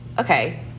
okay